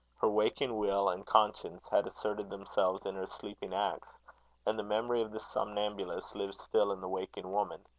her waking will and conscience had asserted themselves in her sleeping acts and the memory of the somnambulist lived still in the waking woman.